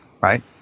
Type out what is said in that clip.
right